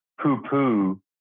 poo-poo